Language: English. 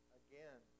again